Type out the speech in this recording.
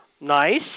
Nice